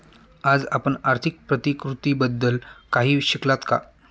आज आपण आर्थिक प्रतिकृतीबद्दल काही शिकलात का?